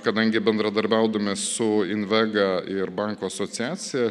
kadangi bendradarbiaudami su invega ir bankų asociacija